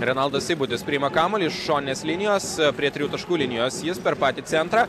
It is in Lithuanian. renaldas seibutis priima kamuolį šoninės linijos prie trijų taškų linijos jis per patį centrą